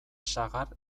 sagar